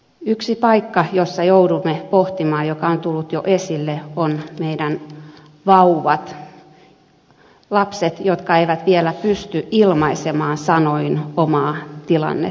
yksi paikka jossa joudumme pohtimaan ja joka on tullut jo esille on vauvat lapset jotka eivät vielä pysty ilmaisemaan sanoin omaa tilannettaan